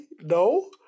No